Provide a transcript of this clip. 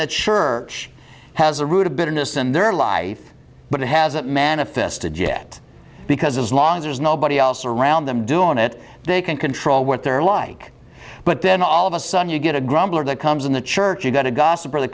sure has a root of bitterness and they're alive but it hasn't manifested yet because as long as there's nobody else around them doing it they can control what they're like but then all of a sudden you get a grumbler that comes in the church you've got to gossip really